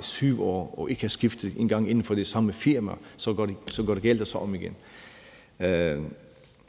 7 år og ikke have skiftet, ikke engang inden for det samme firma. Så går det galt, og så er det